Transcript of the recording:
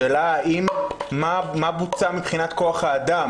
השאלה מה בוצע מבחינת כוח האדם.